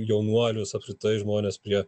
jaunuolius apskritai žmones prie